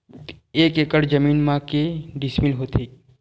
एक एकड़ जमीन मा के डिसमिल होथे?